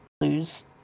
lose